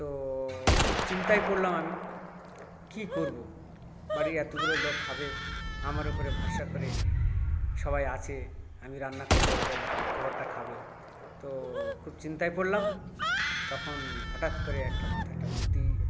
তো খুব চিন্তায় পড়লাম আমি কী করব বাড়ির এতগুলো লোক খাবে আমার ওপরে ভরসা করে সবাই আছে আমি রান্না করলে ওরা এই খাবারটা খাবে তো খুব চিন্তায় পড়লাম তখন হঠাৎ করে একটা মাথায় একটা বুদ্ধি